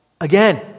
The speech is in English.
again